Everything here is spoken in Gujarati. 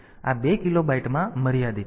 તેથી તમે 2 કિલોબાઈટથી આગળ વધી શકતા નથી